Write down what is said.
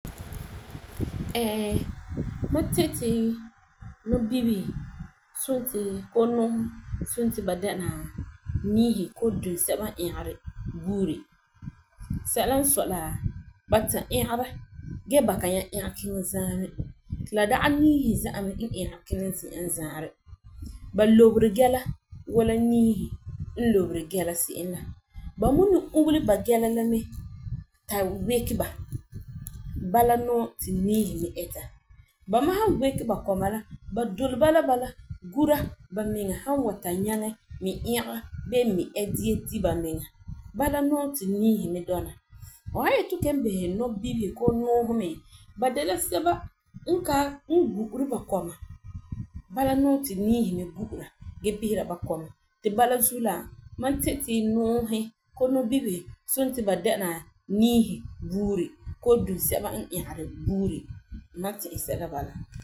mam tɛti nɔbibihi sunti koo nɔɔhi som ti ba dɛna niihi bee dunseba n ɛgere buuri buuri sɛla n sɔi la ba ta ɛgera gee ba kan nyaŋɛ ɛkɛ kiŋɛ zaa mɛ. Ti la dagena niihi za'a n ɛgeri kina zi'an n zaa. Ba luberi gɛla wuu niihi n luberi gɛla se'em la. Ba mi ni ubele ba gɛla mɛ ta wɛke ba bala nɔɔ ti niihi me ita. Ba ni han wɛke ba kɔma la, ba doli ba la bala gura ba miŋa me ha wa ta nyaŋɛ mi ɛgɛ bee mi ɛ dia di ba miŋa ba la nɔɔ ti niihi me bɔna. Hu han yeti hu kelum bisɛ nɔbibihi koo nɔɔhi ba de la sɛba n ka gu'ura ba kɔma bala nɔɔ ti niihi mi gu'ura gee ugera ba kɔma. Tu bala zuo la, mam ti'ise ti nɔbibihi koo nɔɔhi som ti ba dɛna niihi buuri koo dunsɛba n ɛgera.